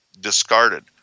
discarded